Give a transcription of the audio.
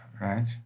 Right